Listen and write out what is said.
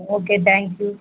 okay thank you